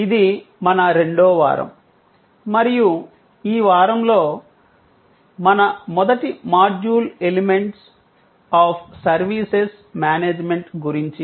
ఇది మన రెండో వారం మరియు ఈ వారంలో మన మొదటి module elements of services management గురించి